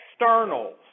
externals